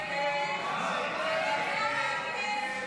הסתייגות